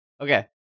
Okay